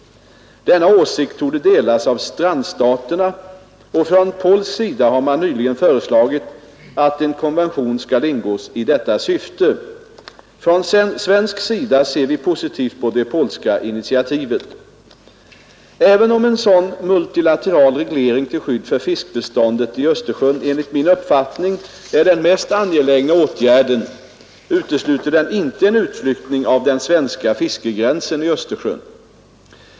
Denna åsikt torde delas av strandstaterna, och från polsk sida har man nyligen föreslagit att en konvention skall ingås i detta syfte. Från svensk sida ser vi positivt på det polska initiativet. Även om en sådan multilateral reglering till skydd för fiskbestånden i Östersjön enligt min uppfattning är den mest angelägna åtgärden, utesluter den inte en utflyttning av den svenska fiskegränsen i Östersjön.